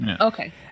okay